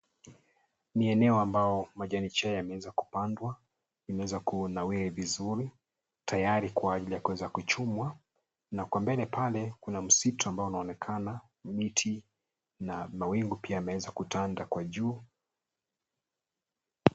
Ni eneo ambao majani chai yameza kupandwa, yameweza kunawiri vizuri tayari kuweza kuchumwa. Na kwambia ni pale kuna msitu ambao unaweza kuonekana, miti na mawingu pia yameweza kutanda kwa juu.